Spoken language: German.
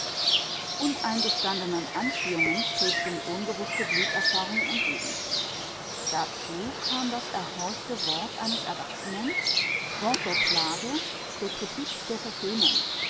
uneingestandenen anziehungen strebten ungewußte bluterfahrungen entgegen dazu kam das erhorchte wort eines erwachsenen wort der klage der kritik der verfemung